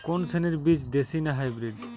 কোন শ্রেণীর বীজ দেশী না হাইব্রিড?